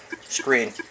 screen